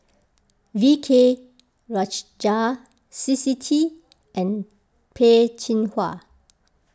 V K Rajah C C T and Peh Chin Hua